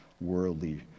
worldly